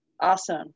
Awesome